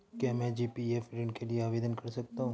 क्या मैं जी.पी.एफ ऋण के लिए आवेदन कर सकता हूँ?